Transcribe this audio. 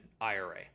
IRA